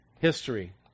history